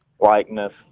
likeness